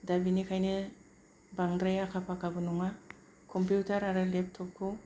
दा बिनिखायनो बांद्राय आखा फाखाबो नङा कम्पिउटार आरो लेपटप खौ